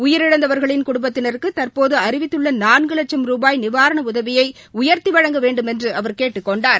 உயிரிழந்தவர்களின் குடும்பத்தினருக்குதற்போதுஅறிவித்துள்ளநான்குலட்சம் ரூபாய் நிவாரணஉதவியைஉயர்த்திவழங்க வேண்டுமென்றுஅவர் கேட்டுக் கொண்டார்